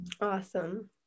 Awesome